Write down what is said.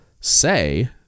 say